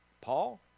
paul